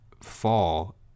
fall